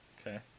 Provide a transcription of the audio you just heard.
Okay